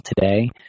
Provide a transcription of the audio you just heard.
today